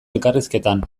elkarrizketan